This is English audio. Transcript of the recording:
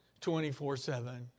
24-7